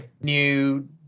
new